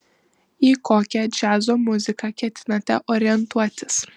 į kokią džiazo muziką ketinate orientuotis